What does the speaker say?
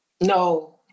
no